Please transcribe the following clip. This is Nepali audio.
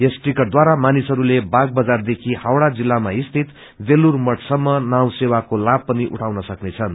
यस टीकट द्वारा मानिसहरूले बागबजार देखी हावड़ा जिल्लामा स्थित बेलुर मठ सम्म नाव सेवाको लाभ उठाउन सक्नेछन्